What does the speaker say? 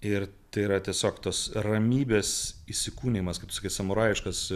ir tai yra tiesiog tos ramybės įsikūnijimas kaip sakyt samurajiškas